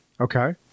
Okay